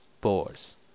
Boars